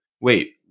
wait